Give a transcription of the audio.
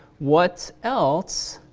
what else